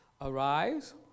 Arise